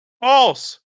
False